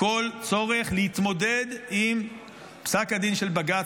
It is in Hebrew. הכול בשל צורך להתמודד עם פסק הדין של בג"ץ,